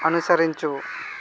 అనుసరించు